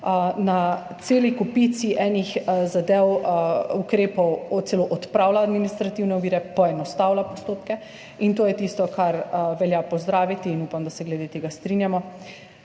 pri celi kopici enih zadev, ukrepov celo odpravlja administrativne ovire, poenostavlja postopke, in to je tisto, kar velja pozdraviti in upam, da se glede tega strinjamo.